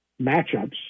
matchups